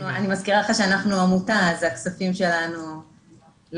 אני מזכירה לך שאנחנו עמותה אז הכספים שלנו לא